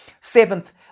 Seventh